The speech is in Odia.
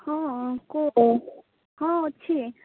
ହଁ କୁହ ହଁ ଅଛି